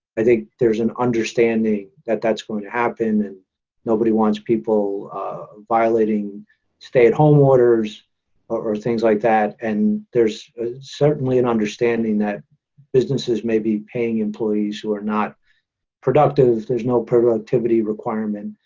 i think there's an understanding that that's going to happen and nobody wants people violating stay-at-home orders or things like that. and there's certainly an understanding that businesses may be paying employees who are not productive. there's no productivity requirement,